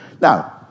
Now